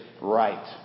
right